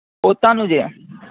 પોતાનું છે